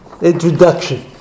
introduction